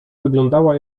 wyglądała